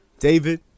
David